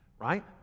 right